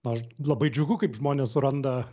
aš labai džiugu kaip žmonės suranda